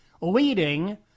leading